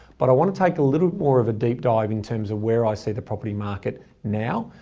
but i want to take a little more of a deep dive in terms of where i see the property market now.